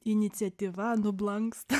iniciatyva nublanksta